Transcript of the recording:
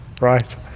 Right